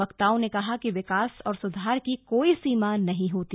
वक्ताओं ने कहा कि विकास और सुधार की कोई सीमा नहीं होती